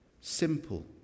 simple